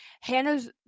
Hannah's